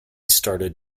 started